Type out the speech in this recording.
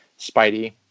Spidey